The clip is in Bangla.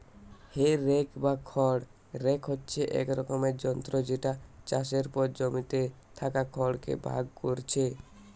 হে রেক বা খড় রেক হচ্ছে এক রকমের যন্ত্র যেটা চাষের পর জমিতে থাকা খড় কে ভাগ কোরছে